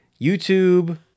YouTube